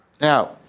Now